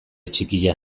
txikia